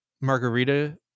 Margarita